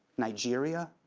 nigeria,